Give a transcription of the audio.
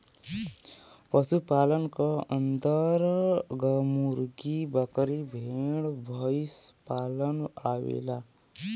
पशु पालन क अन्दर मुर्गी, बकरी, भेड़, भईसपालन आवेला